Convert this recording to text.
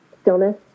stillness